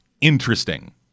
interesting